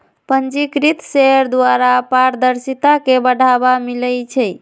पंजीकृत शेयर द्वारा पारदर्शिता के बढ़ाबा मिलइ छै